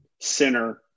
center